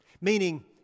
Meaning